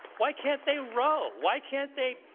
why can't they row? why can't they